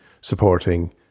supporting